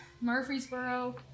Murfreesboro